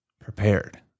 prepared